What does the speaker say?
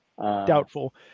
Doubtful